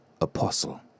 Apostle